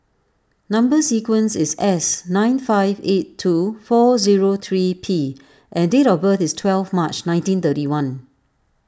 Number Sequence is S nine five eight two four zero three P and date of birth is twelve March nineteen thirty one